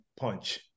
punch